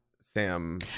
Sam